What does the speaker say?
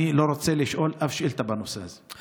אני לא רוצה לשאול שום שאילתה בנושא הזה.